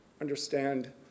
understand